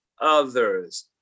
others